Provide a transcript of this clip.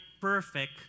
perfect